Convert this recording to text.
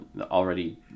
already